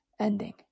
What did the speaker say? ending